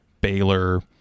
Baylor